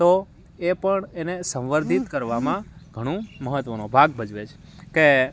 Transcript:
તો એ પણ એને સંવર્ધિત કરવામાં ઘણું મહત્વનો ભાગ ભજવે છે કે